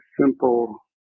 simple